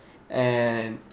and